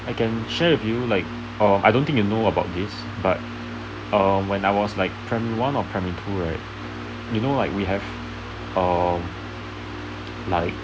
I can share with you like um I don't think you know about this but um when I was like primary one or primary two right you know like we have um like